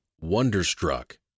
Wonderstruck